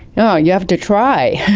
yeah you have to try.